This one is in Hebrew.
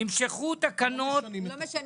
אנחנו לא משנים אותו.